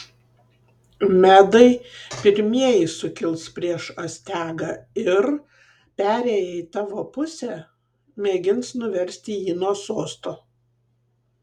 medai pirmieji sukils prieš astiagą ir perėję į tavo pusę mėgins nuversti jį nuo sosto